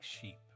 sheep